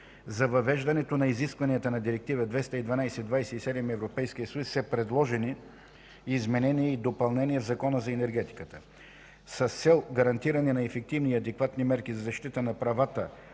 За въвеждането на изискванията на Директива 2012/27/ЕС са предложени изменения и допълнения в Закона за енергетиката. С цел гарантиране на ефективни и адекватни мерки за защита на правата